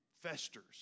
festers